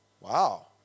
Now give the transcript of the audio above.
Wow